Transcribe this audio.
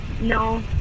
No